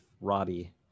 Robbie